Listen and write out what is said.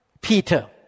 Peter